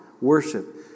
worship